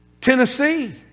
Tennessee